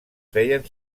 feien